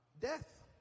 death